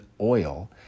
oil